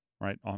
right